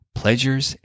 pleasures